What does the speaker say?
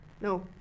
No